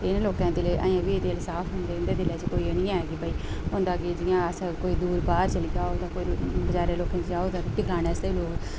ते इ'नें लोकें दे दिल अजें बी दिल साफ होंदे इं'दे दिलै च कोई एह् नेईं ऐ कि भाई होंदा के जि'यां अस कोई दूर बाह्र चली जाओ तां बजारै लोकें च जाओ तां रुट्टी पकाने आस्तै बी लोक